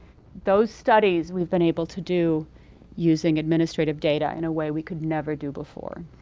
those studies, we've been able to do using administrative data in a way we could never do before.